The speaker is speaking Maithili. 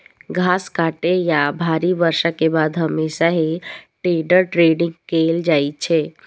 घास काटै या भारी बर्षा के बाद हमेशा हे टेडर टेडिंग कैल जाइ छै